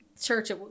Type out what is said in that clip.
church